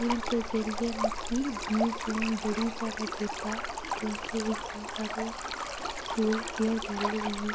पैह्लें ते मिकी ऐ जेह्ड़ी बीह् जून बड़ी जादा चेता ऐ क्योंकि अस दिन साढ़े स्कूल फेयरबैल होई ही